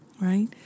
right